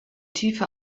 tiefe